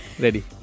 ready